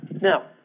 Now